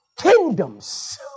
kingdoms